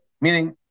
Meaning